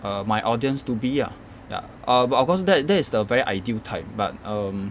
err my audience to be ah ya err but of course that that is a very ideal type but um